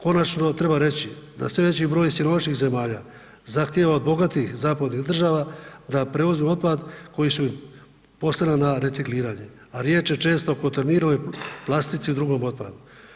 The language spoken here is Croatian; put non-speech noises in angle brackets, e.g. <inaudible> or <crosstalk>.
Konačno, treba reći da sve veći broj siromašnih zemalja zahtjeva od bogatih zapadnih država da preuzmu otpad koji su im poslali na recikliranje, a riječ je često o ... <unintelligible> plastici i drugom otpadu.